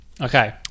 Okay